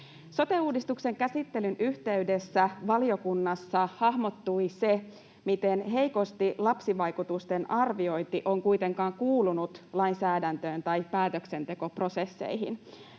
Sote-uudistuksen käsittelyn yhteydessä valiokunnassa hahmottui se, miten heikosti lapsivaikutusten arviointi on kuitenkaan kuulunut lainsäädäntöön tai päätöksentekoprosesseihin.